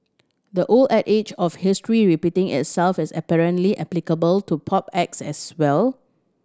the old adage of history repeating itself is apparently applicable to pop acts as well